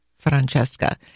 francesca